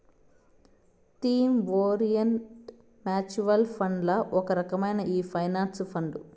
theme orient mutual ఫండ్లల్ల ఒక రకమే ఈ పెన్సన్ ఫండు